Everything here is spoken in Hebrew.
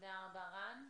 תודה רבה, רן.